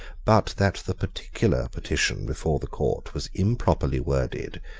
but that the particular petition before the court was improperly worded,